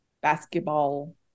basketball